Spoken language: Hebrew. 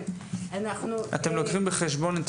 אתם לוקחים בחשבון את